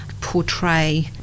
portray